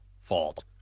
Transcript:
fault